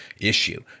issue